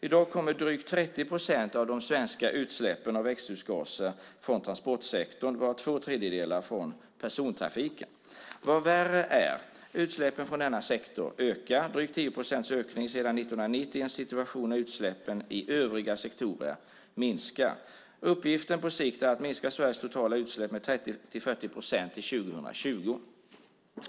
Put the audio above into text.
I dag kommer drygt 30 procent av de svenska utsläppen av växthusgaser från transportsektorn, varav två tredjedelar från persontrafiken. Vad som är värre är att utsläppen från denna sektor ökar. Det är drygt 10 procents ökning sedan 1990 i en situation när utsläppen i övriga sektorer minskar. Uppgiften på sikt är att minska Sveriges totala utsläpp med 30-40 procent till 2020.